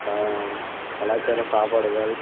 கா கலாச்சார சாப்பாடுகள்